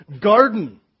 garden